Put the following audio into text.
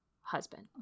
husband